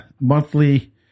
monthly